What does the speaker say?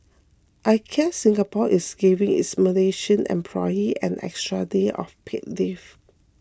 IKEA Singapore is giving its Malaysian employee an extra day of paid leave